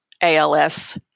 ALS